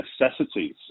necessities